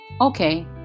Okay